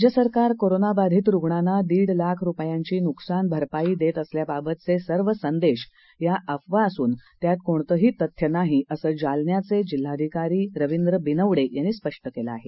राज्य सरकार कोरोनाबाधत रुग्णांना दीड लाख रुपयांची नुकसानभरपाई देत असल्याबाबतचे सर्व संदेश या अफवा असून त्यात कोणतंही तथ्य नाही असं जालनाचे जिल्हाधिकारी रविंद्र बिनवडे यांनी स्पष्ट केलं आहे